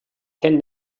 can